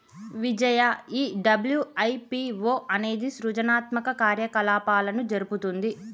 విజయ ఈ డబ్ల్యు.ఐ.పి.ఓ అనేది సృజనాత్మక కార్యకలాపాలను జరుపుతుంది